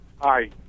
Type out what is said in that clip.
Hi